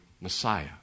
Messiah